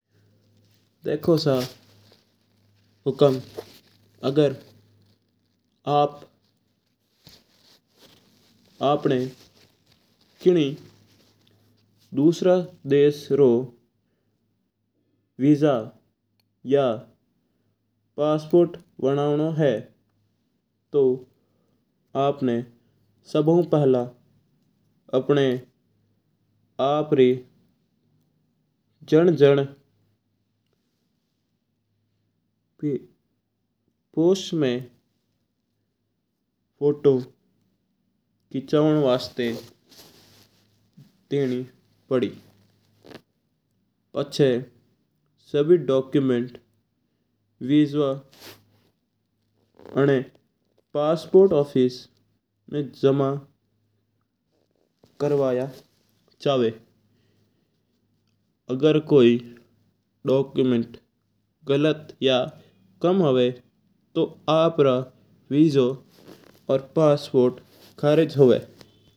देखो सा हुकम अगर आप आपना किन्नी दुसरा देश रो वीज़ा या पासपोर्ट बनावणों है तो आपणा। सभा पहला आपरी जन जन पुष में फोटो खिचावणा देणी पड़ी पाछा सभी डोक्यूमेंट वीज़ा पासपोर्ट ऑफिस में जमा करवाया जाव। अगर कोई डोक्यूमेंट या कोई कागज कम हुआ तो आपरी वीज़ा कैंसल हो जाव है।